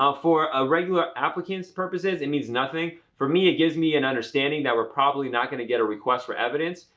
um for a regular applicant's purposes, it means nothing. for me, it gives me an understanding that we're probably not going to get a request for evidence,